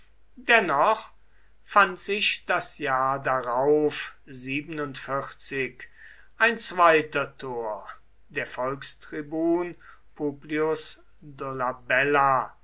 dennoch fand sich das jahr darauf ein zweiter tor der volkstribun publius dolabella